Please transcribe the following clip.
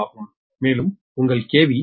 2 KV ஆகும் மேலும் உங்கள் KV